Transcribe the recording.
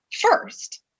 first